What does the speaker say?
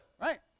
right